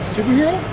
Superhero